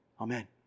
Amen